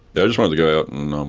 yeah just wanted to go out and and um